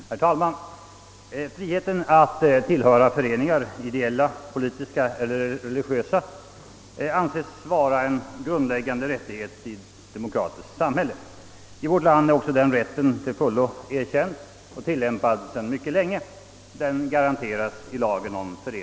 Herr talman! Friheten att tillhöra föreningar, ideella, politiska eller religiösa, anses vara en grundläggande rättighet i ett demokratiskt samhälle. I vårt land är också den rätten till fullo erkänd och tillämpad sedan mycket länge.